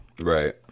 Right